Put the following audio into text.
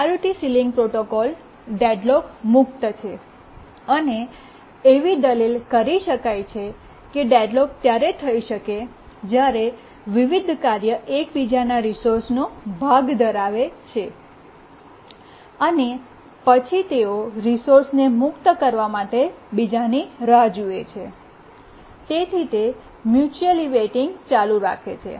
priority ceiling protocol deadlock મુક્ત છે અને એવી દલીલ કરી શકાય છે કે ડેડલોક ત્યારે થઈ શકે જ્યારે વિવિધ કાર્ય એકબીજાના રિસોર્સનો ભાગ ધરાવે છે અને પછી તેઓ રિસોર્સને મુક્ત કરવા માટે બીજાની રાહ જુએ છે તેથી તે મ્યૂચૂઅલી વેઇટિંગ ચાલુ રાખે છે